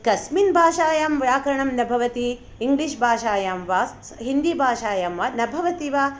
कस्मिन् भाषायां व्याकरण न भवति इङ्ग्लिश्भाषायां वा हिन्दीभाषायां वा न भवति वा